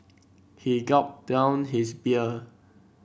he gulped down his beer